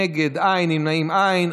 נגד, אין, נמנעים, אין.